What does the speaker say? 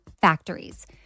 factories